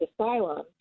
asylum